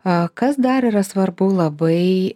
a kas dar yra svarbu labai